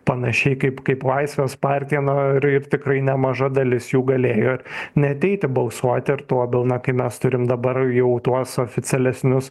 panašiai kaip kaip laisvės partija na ir ir tikrai nemaža dalis jų galėjo ir neateiti balsuoti ir tuo labiau na kai mes turim dabar jau tuos oficialesnius